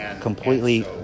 completely